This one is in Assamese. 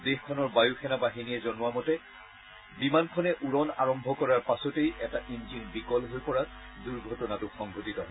দেশখনৰ বায়ুসেনা বাহিনীয়ে জনোৱা মতে বিমানখনে উৰণ আৰম্ভ কৰাৰ পাছতেই এটা ইঞ্জিন বিকল হৈ পৰাত দূৰ্ঘটনাটো সংঘটিত হয়